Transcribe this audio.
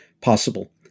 possible